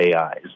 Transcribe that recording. AIs